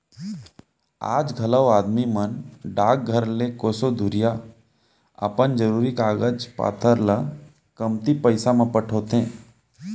आज घलौ आदमी मन डाकघर ले कोसों दुरिहा अपन जरूरी कागज पातर ल कमती पइसा म पठोथें